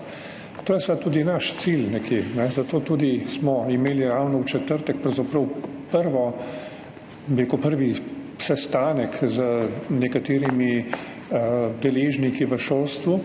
nekje tudi naš cilj. Zato smo tudi imeli ravno v četrtek pravzaprav prvi sestanek z nekaterimi deležniki v šolstvu